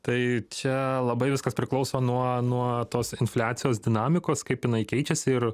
tai čia labai viskas priklauso nuo nuo tos infliacijos dinamikos kaip jinai keičiasi ir